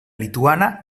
lituana